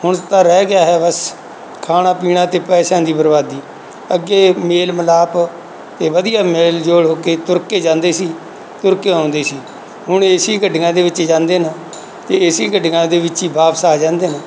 ਹੁਣ ਤਾਂ ਰਹਿ ਗਿਆ ਹੈ ਬਸ ਖਾਣਾ ਪੀਣਾ ਅਤੇ ਪੈਸਿਆਂ ਦੀ ਬਰਬਾਦੀ ਅੱਗੇ ਮੇਲ ਮਿਲਾਪ ਅਤੇ ਵਧੀਆ ਮੇਲ ਜੋਲ ਹੋ ਕੇ ਤੁਰ ਕੇ ਜਾਂਦੇ ਸੀ ਤੁਰ ਕੇ ਆਉਂਦੇ ਸੀ ਹੁਣ ਏ ਸੀ ਗੱਡੀਆਂ ਦੇ ਵਿੱਚ ਜਾਂਦੇ ਨਾ ਅਤੇ ਏ ਸੀ ਗੱਡੀਆਂ ਦੇ ਵਿੱਚ ਹੀ ਵਾਪਿਸ ਆ ਜਾਂਦੇ ਨੇ